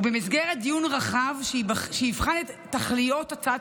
ובמסגרת דיון רחב שיבחן את תכליות הצעת